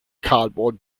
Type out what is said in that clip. cardboard